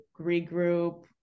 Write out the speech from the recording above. regroup